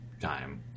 time